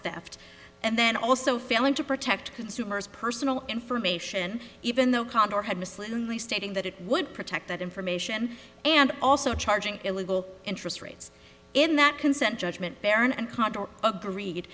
theft and then also failing to protect consumers personal information even though conned or had misled only stating that it would protect that information and also charging illegal interest rates in that consent judgment baron and agreed